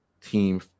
team